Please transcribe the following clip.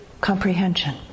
comprehension